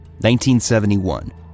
1971